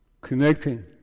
connecting